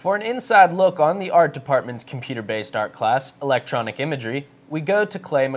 for an inside look on the art department's computer based art class electronic imagery we go to claim